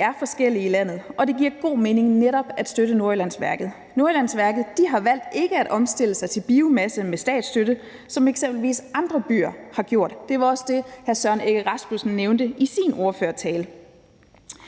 er forskellige i landet, og det giver god mening netop at støtte Nordjyllandsværket. Nordjyllandsværket har valgt ikke at omstille sig til biomasse med statsstøtte, som eksempelvis andre byer har gjort. Det var også det, hr. Søren Egge Rasmussen nævnte i sin ordførertale.